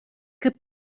could